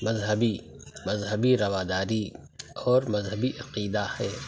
مذہبی مذہبی رواداری اور مذہبی عقیدہ ہے